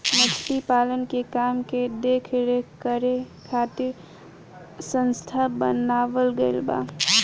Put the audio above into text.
मछली पालन के काम के देख रेख करे खातिर संस्था बनावल गईल बा